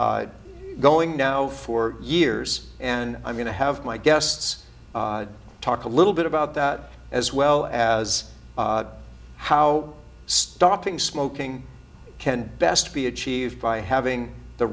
going now for years and i'm going to have my guests talk a little bit about that as well as how stopping smoking can best be achieved by having the